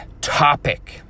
topic